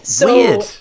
Weird